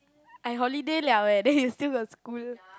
I holiday liao eh then you still got school